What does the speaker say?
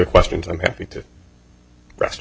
questions i'm happy to rest